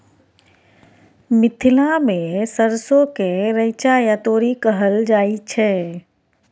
मिथिला मे सरिसो केँ रैचा या तोरी कहल जाइ छै